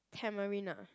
tamarind ah